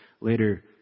later